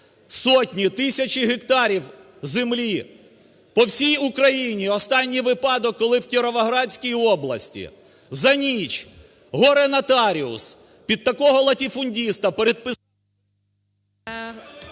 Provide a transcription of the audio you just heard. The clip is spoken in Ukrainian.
сотні, тисячі гектарів землі по всій Україні! Останній випадок, коли в Кіровоградській області за ніч горе-нотаріус під такого латифундиста… ГОЛОВУЮЧИЙ.